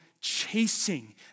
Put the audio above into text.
chasing